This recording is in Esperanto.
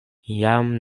jam